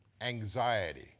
anxiety